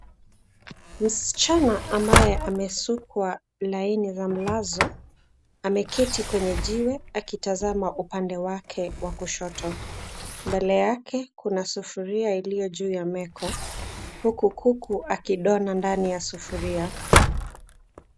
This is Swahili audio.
Msichana ambaye amesukwa laini za mlazo ameketi kwenye jiwe akitazama upande wake wa kushoto. Mbele yake kuna sufuria iliyo juu ya meko huku kuku akidona ndani ya sufuria.